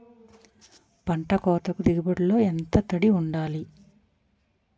పంట కోతకు దిగుబడి లో ఎంత తడి వుండాలి?